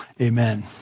Amen